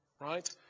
right